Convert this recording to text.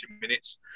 minutes